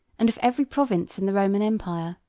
and of every province in the roman empire.